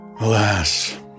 Alas